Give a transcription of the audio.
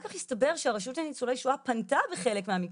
אחר כך הסתבר שהרשות לניצולי השואה פנתה בחלק מהמקרים,